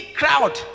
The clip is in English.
crowd